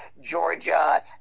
Georgia